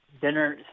dinner